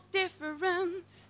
difference